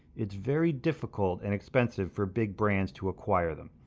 it's very difficult and expensive for big brands to acquire them,